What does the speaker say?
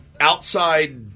Outside